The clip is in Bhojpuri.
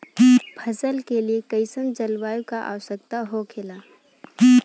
फसल के लिए कईसन जलवायु का आवश्यकता हो खेला?